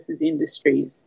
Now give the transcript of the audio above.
industries